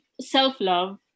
self-love